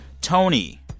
Tony